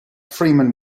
fremen